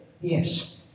Yes